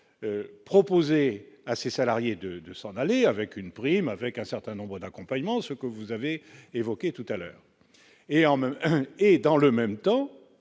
proposer à ses salariés de de s'en aller avec une prime, avec un certain nombre d'accompagnement, ce que vous avez évoqué tout à l'heure et en même et